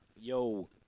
Yo